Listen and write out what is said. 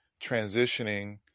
transitioning